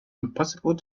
impossible